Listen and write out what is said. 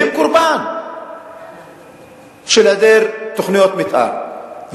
והם קורבן של היעדר תוכניות מיתאר,